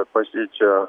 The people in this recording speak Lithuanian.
kad pažeidžia